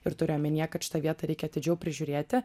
ir turi omenyje kad šitą vietą reikia atidžiau prižiūrėti